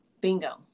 Bingo